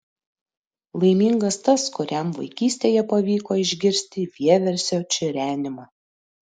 laimingas tas kuriam vaikystėje pavyko išgirsti vieversio čirenimą